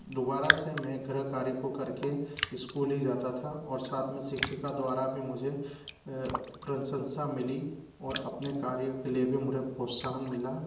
दोबारा से मैं गृहकार्य को करके इस्कूल ही जाता था और साथ में शिक्षिका द्वारा भी मुझे प्रशंसा मिली और अपने कार्यों के लिए भी मुझे प्रोत्साहन मिला